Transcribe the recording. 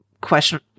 question